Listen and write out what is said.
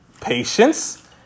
patience